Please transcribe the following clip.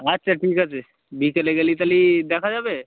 আচ্ছা ঠিক আছে বিকেলে গেলে তাহলে দেখা যাবে